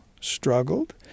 struggled